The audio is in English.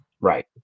right